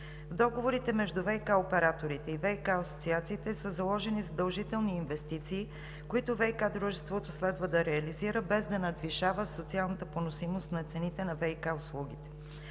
договорите между ВиК операторите и ВиК асоциациите са заложени задължителни инвестиции, които ВиК дружеството следва да реализира, без да надвишава социалната поносимост на цените на ВиК услугите.